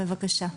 בבקשה.